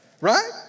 right